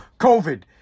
COVID